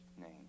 name